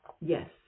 yes